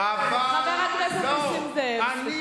חבר הכנסת נסים זאב.